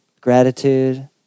gratitude